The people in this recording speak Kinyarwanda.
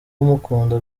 umukunda